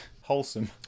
Wholesome